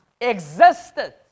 existed